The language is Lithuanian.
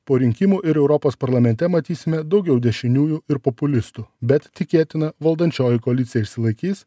po rinkimų ir europos parlamente matysime daugiau dešiniųjų ir populistų bet tikėtina valdančioji koalicija išsilaikys